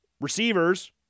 Receivers